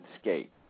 skate